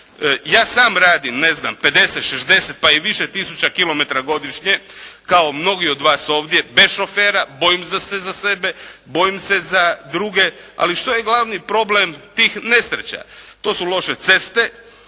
Ja sam radim, ne znam 50, 60 pa i više tisuća kilometara godišnje kao mnogi od vas ovdje bez šofera, bojim se za sebe, bojim se za druge, ali što je glavni problem tih nesreća? To su loše ceste,